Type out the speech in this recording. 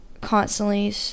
constantly